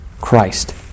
Christ